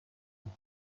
جعبه